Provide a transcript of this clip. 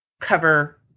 cover